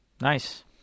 Nice